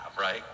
right